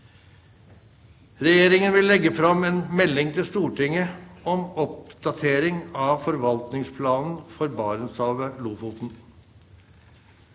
Regjeringen vil legge fram en melding til Stortinget om oppdatering av forvaltningsplanen for Barentshavet– Lofoten.